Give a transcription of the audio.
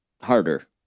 harder